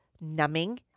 numbing